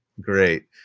Great